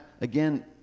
Again